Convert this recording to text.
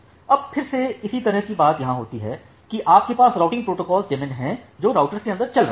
अब फिर से इसी तरह की बात यहां होती है कि आपके पास राउटिंग प्रोटोकॉल डेमन है जो राउटरस के अंदर चल रहा है